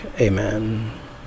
amen